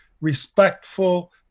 respectful